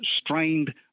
strained